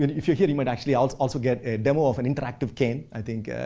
if you're here you might actually also also get a demo of an interactive game. i think